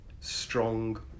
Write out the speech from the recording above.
strong